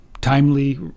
timely